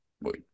wait